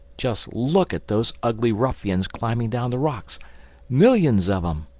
just look at those ugly ruffians climbing down the rocks millions of em!